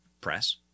press